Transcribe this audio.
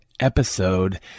Episode